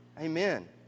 Amen